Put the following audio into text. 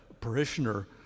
parishioner